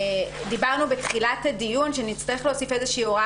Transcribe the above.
דיברנו בתחילת הדיון שנצטרך להוסיף איזושהי הוראה